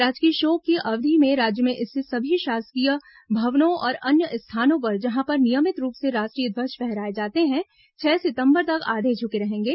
राजकीय शोक की अवधि में राज्य में स्थित सभी शासकीय भवनों और अन्य स्थानों पर जहां पर नियमित रूप से राष्ट्रीय ध्वज फहराए जाते हैं छह सितंबर तक आधे झुके रहेंगे